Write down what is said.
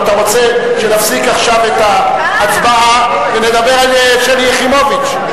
אתה רוצה להפסיק עכשיו את ההצבעה ונדבר על שלי יחימוביץ?